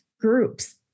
groups